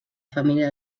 família